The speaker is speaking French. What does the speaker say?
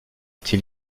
parti